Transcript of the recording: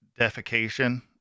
defecation